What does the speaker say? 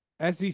SEC